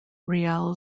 real